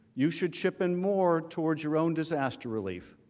you should ship and more toward your own disaster relief.